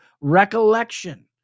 recollection